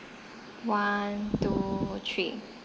one two three